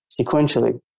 sequentially